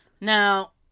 Now